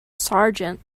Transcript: sergeant